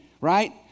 right